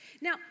Now